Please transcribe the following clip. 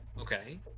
Okay